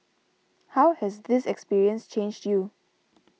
how has this experience changed you